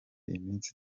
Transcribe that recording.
iminsi